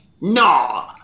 no